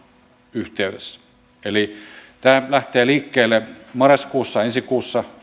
yhteydessä eli tämä lähtee liikkeelle marraskuussa ensi kuussa